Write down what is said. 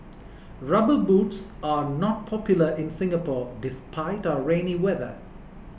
rubber boots are not popular in Singapore despite our rainy weather